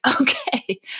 okay